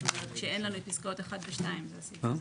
זאת אומרת כשאין לנו את פסקאות (1) ו-(2) לסעיף הזה.